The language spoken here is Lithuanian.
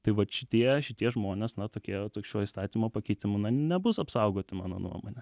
tai vat šitie šitie žmonės na tokie šiuo įstatymo pakeitimu na nebus apsaugoti mano nuomone